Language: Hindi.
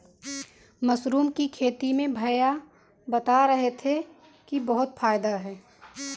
मशरूम की खेती में भैया बता रहे थे कि बहुत फायदा है